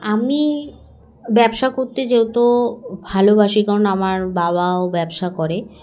আমি ব্যবসা করতে যেহেতু ভালোবাসি কারণ আমার বাবাও ব্যবসা করে